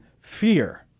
fear